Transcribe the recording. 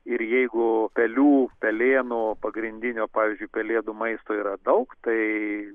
ir jeigu pelių pelėnų pagrindinio pavyzdžiui kalėdų maisto yra daug tai